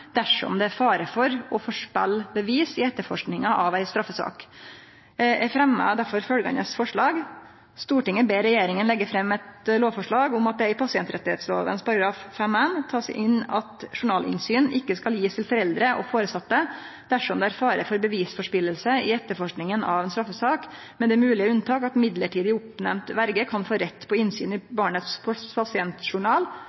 dersom det er fare for å forspille bevis i etterforskinga av ei straffesak. Eg fremjar derfor følgjande forslag: «Stortinget ber regjeringen legge frem et lovforslag om at det i pasientrettighetsloven § 5-1 tas inn at journalinnsyn ikke skal gis til foreldre og foresatte dersom det er fare for bevisforspillelse i etterforskningen av en straffesak, med det mulige unntak at midlertidig oppnevnt verge kan få rett på innsyn i